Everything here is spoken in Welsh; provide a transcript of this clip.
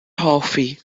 hoffi